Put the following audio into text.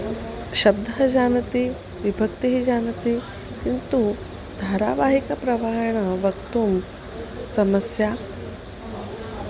शब्दं जानाति विभक्तिं जानाति किन्तु धारावाहिकप्रवाहेण वक्तुं समस्या